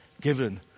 given